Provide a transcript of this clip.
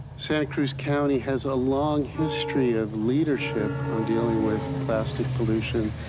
santa cruz county has a long history of leadership on dealing with plastic pollution.